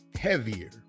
heavier